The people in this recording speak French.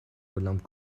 olympe